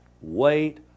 Wait